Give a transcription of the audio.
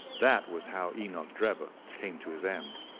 that was how enoch drebber came to his end.